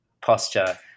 posture